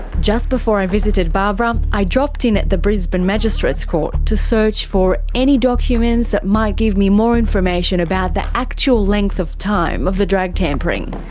just before i visited barbara i dropped in at brisbane magistrates court to search for any documents that might give me more information about the actual length of time of the drug tampering.